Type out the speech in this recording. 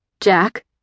Jack